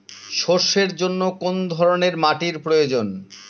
সরষের জন্য কোন ধরনের মাটির প্রয়োজন?